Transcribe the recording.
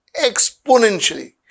exponentially